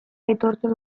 aitortzen